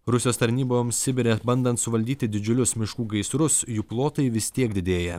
rusijos tarnyboms sibire bandant suvaldyti didžiulius miškų gaisrus jų plotai vis tiek didėja